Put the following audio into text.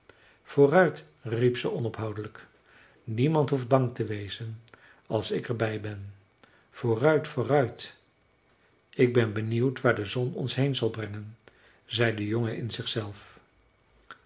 vooruit riep ze onophoudelijk niemand hoeft bang te wezen als ik er bij ben vooruit vooruit ik ben benieuwd waar de zon ons heen zal brengen zei de jongen in zichzelf